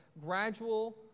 gradual